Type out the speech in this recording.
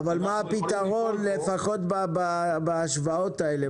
אבל מה הפתרון בהשוואות האלה?